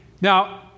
Now